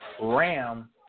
ram